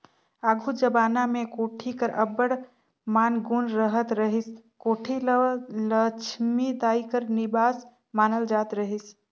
आघु जबाना मे कोठी कर अब्बड़ मान गुन रहत रहिस, कोठी ल लछमी दाई कर निबास मानल जात रहिस